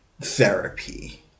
therapy